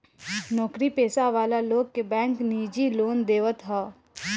नोकरी पेशा वाला लोग के बैंक निजी लोन देवत हअ